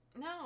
No